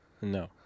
No